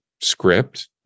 script